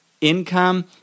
income